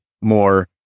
more